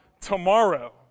tomorrow